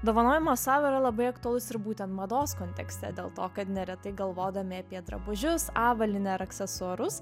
dovanojimas sau yra labai aktualus ir būten mados kontekste dėl to kad neretai galvodami apie drabužius avalynę ar aksesuarus